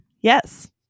Yes